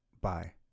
Bye